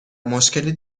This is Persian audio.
مشکلی